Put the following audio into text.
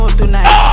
tonight